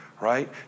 right